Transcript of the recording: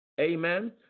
Amen